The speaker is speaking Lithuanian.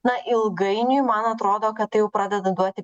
na ilgainiui man atrodo kad tai jau pradeda duoti